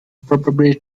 probably